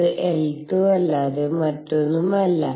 ഇത് L₂ അല്ലാതെ മറ്റൊന്നുമല്ല